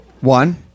One